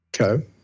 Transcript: Okay